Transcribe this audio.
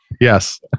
yes